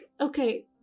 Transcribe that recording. okay